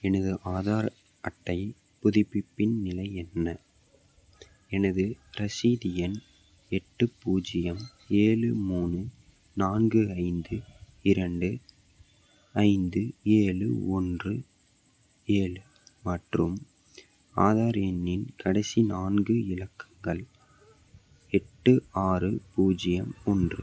எனது ஆதார் அட்டை புதுப்பிப்பின் நிலை என்ன எனது ரசீது எண் எட்டு பூஜ்ஜியம் ஏழு மூணு நான்கு ஐந்து இரண்டு ஐந்து ஏழு ஒன்று ஏழு மற்றும் ஆதார் எண்ணின் கடைசி நான்கு இலக்கங்கள் எட்டு ஆறு பூஜ்ஜியம் ஒன்று